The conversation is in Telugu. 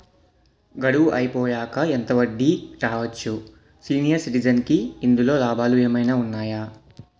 గడువు అయిపోయాక ఎంత వడ్డీ రావచ్చు? సీనియర్ సిటిజెన్ కి ఇందులో లాభాలు ఏమైనా ఉన్నాయా?